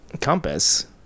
compass